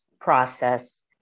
process